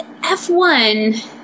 F1